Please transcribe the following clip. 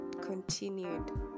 continued